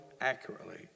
Accurately